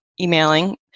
emailing